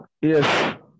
Yes